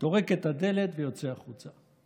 טורק את הדלת ויוצא החוצה.